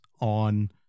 on